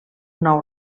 nou